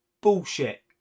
Bullshit